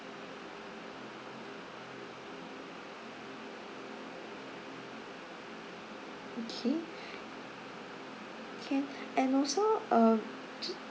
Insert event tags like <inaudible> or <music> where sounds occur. okay <breath> can <breath> and also uh just